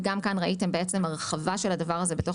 וגם כאן ראיתם הרחבה של הדבר הזה בתוך